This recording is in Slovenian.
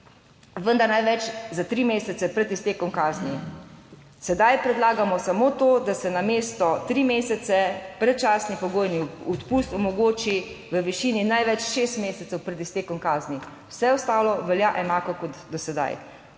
vendar največ za tri mesece pred iztekom kazni. Sedaj predlagamo samo to, da se namesto tri mesece predčasni pogojni odpust omogoči v višini največ šest mesecev pred iztekom kazni. Vse ostalo velja enako kot do sedaj.